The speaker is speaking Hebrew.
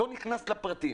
אני לא נכנס לפרטים.